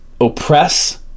oppress